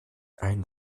ein